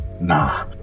Nah